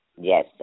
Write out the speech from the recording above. Yes